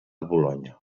bolonya